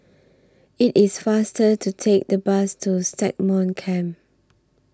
IT IS faster to Take The Bus to Stagmont Camp